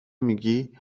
میگی